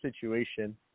situation